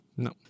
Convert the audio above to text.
No